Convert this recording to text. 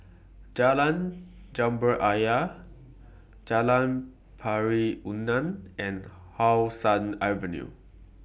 Jalan Jambu Ayer Jalan Pari Unak and How Sun Avenue